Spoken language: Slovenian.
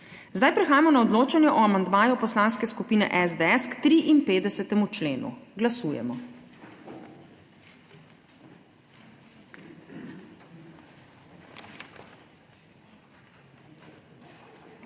Prehajamo na odločanje o amandmaju Poslanske skupine SDS k 53. členu. Glasujemo.